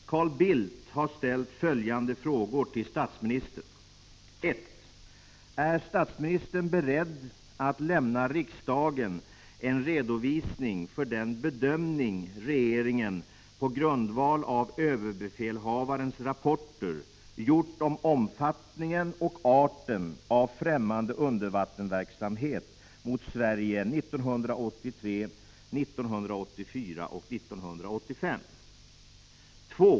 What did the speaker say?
Herr talman! Carl Bildt har ställt följande frågor till statsministern: 1. Är statsministern beredd att lämna riksdagen en redovisning för den bedömning regeringen, på grundval av ÖB:s rapporter, gjort om omfattningen och arten av fftämmande undervattensverksamhet mot Sverige 1983, 1984 och 1985? 2.